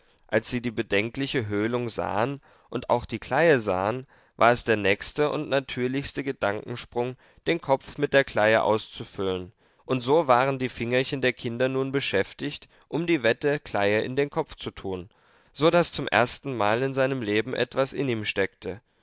als sie die bedenkliche höhlung sahen und auch die kleie sahen war es der nächste und natürlichste gedankensprung den kopf mit der kleie auszufüllen und so waren die fingerchen der kinder nun beschäftigt um die wette kleie in den kopf zu tun so daß zum erstenmal in seinem leben etwas in ihm steckte